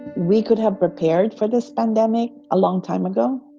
we could have prepared for this pandemic a long time ago.